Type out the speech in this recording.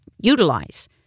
utilize